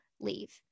leave